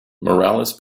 morales